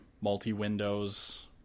multi-Windows